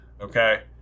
okay